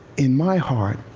in my heart,